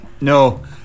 No